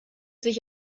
sich